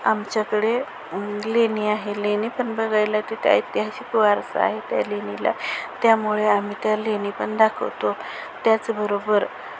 आमच्याकडे लेणी आहे लेणी पण बघायला तिथे ऐतिहासिक वारसा आहे त्या लेणीला त्यामुळे आम्ही त्या लेणी पण दाखवतो त्याचबरोबर